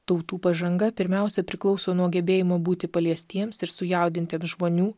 tautų pažanga pirmiausia priklauso nuo gebėjimo būti paliestiems ir sujaudintiem žmonių